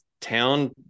town